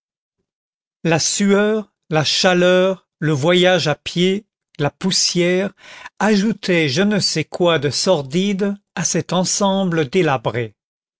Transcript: la sueur la chaleur le voyage à pied la poussière ajoutaient je ne sais quoi de sordide à cet ensemble délabré